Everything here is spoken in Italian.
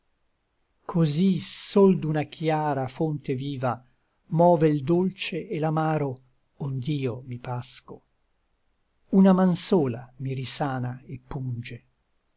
cosí sol d'una chiara fonte viva move l dolce et l'amaro ond'io mi pasco una man sola mi risana et punge